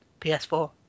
PS4